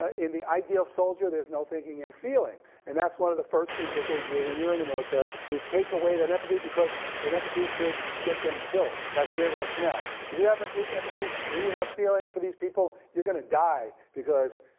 ah in the ideal soldier, there's no thinking and feeling. and that's one of the first things that they do when you're in the military is take away that empathy, because that empathy can get them killed. that's their rationale. if you have empathy and you have feeling for these people, you're gonna die because,